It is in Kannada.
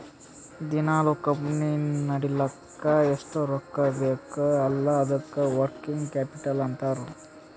ದಿನಾಲೂ ಕಂಪನಿ ನಡಿಲ್ಲಕ್ ಎಷ್ಟ ರೊಕ್ಕಾ ಬೇಕ್ ಅಲ್ಲಾ ಅದ್ದುಕ ವರ್ಕಿಂಗ್ ಕ್ಯಾಪಿಟಲ್ ಅಂತಾರ್